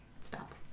stop